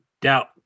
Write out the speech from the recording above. doubt